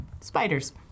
Spiders